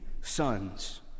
sons